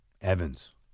Evans